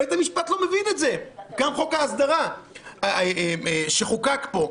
בית המשפט לא מבין את זה, גם חוק ההסדרה שחוקק פה.